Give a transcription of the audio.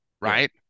right